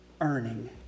earning